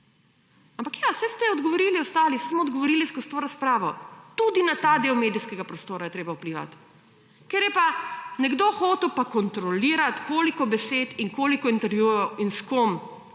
Ampak ja, saj ste odgovorili ostali, saj smo odgovorili skozi to razpravo tudi na ta del medijskega prostora je treba vplivati. Ker je pa nekdo hotel pa kontrolirati koliko besed in koliko intervjujev in s kom